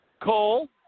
Cole